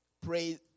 Pray